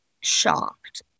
shocked